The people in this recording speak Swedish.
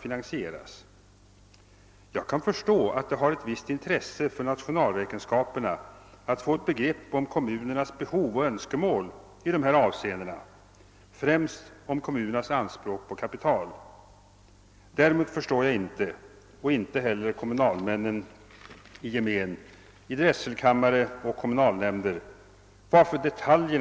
Inrikesministern nämner vidare att en utbyggd kommunal ekonomisk långtidsplanering är en viktig hörnsten i ett sådant system, och slutligen vill han sporra kommunerna med att det är bra att ha en kommunal planering när det gäller att på ett samlat sätt påverka den